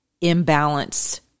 imbalance